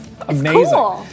Amazing